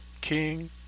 King